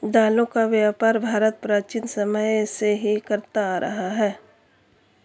दालों का व्यापार भारत प्राचीन समय से ही करता आ रहा है